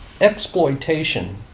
exploitation